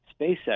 SpaceX